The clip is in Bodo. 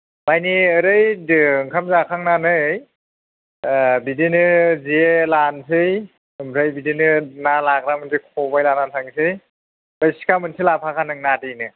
माने ओरै ओ ओंखाम जाखांनानै ओ बिदिनो जे लानसै ओमफ्राय बिदिनो ना लाग्रा मोनसे खबाइ लानानै थांसै ओमफ्राय सिखा मोनसे लाफाखा नों ना देनो